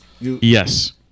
Yes